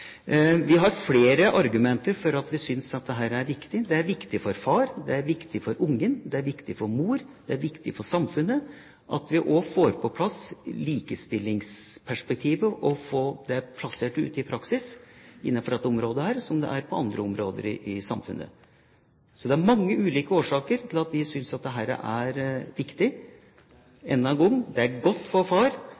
Vi har flere argumenter for at vi synes at dette er viktig: Det er viktig for far, det er viktig for ungen, det er viktig for mor, og det er viktig for samfunnet at vi også får på plass likestillingsperspektivet, og får det plassert ut i praksis innenfor dette området, slik det er på andre områder i samfunnet. Så det er mange ulike årsaker til at vi synes at dette er viktig.